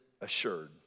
assured